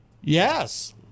yes